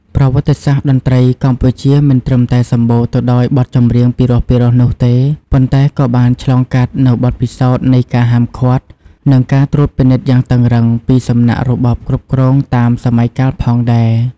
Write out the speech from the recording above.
ប្រវត្តិសាស្ត្រតន្ត្រីកម្ពុជាមិនត្រឹមតែសម្បូរទៅដោយបទចម្រៀងពីរោះៗនោះទេ ប៉ុន្តែក៏បានឆ្លងកាត់នូវបទពិសោធន៍នៃការហាមឃាត់ និងការត្រួតពិនិត្យយ៉ាងតឹងរ៉ឹងពីសំណាក់របបគ្រប់គ្រងតាមសម័យកាលផងដែរ។